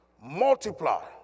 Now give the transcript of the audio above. Multiply